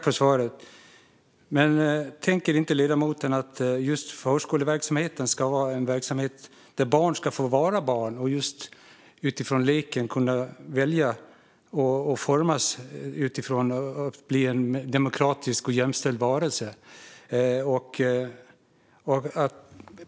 Fru talman! Tänker inte ledamoten att just förskoleverksamheten ska vara en verksamhet där barn ska få vara barn och just utifrån leken få formas till att bli demokratiska och jämställda varelser?